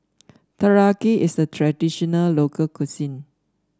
teriyaki is a traditional local cuisine